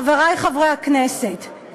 חברי חברי הכנסת,